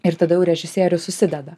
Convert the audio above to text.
ir tada jau režisierius susideda